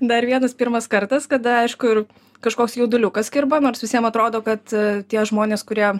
dar vienas pirmas kartas kada aišku ir kažkoks jauduliukas kirba nors visiem atrodo kad tie žmonės kurie